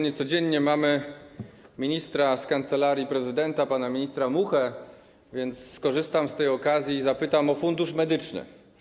Niecodziennie mamy ministra z Kancelarii Prezydenta - pana ministra Muchę, więc skorzystam z tej okazji i zapytam o fundusz medyczny.